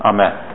Amen